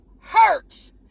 hurts